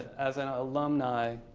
as an alumni,